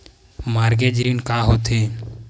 Mortgage ऋण का होथे?